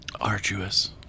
Arduous